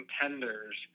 contenders